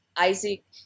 Isaac